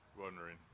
wondering